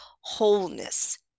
wholeness